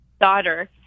daughter